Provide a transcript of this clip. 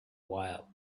while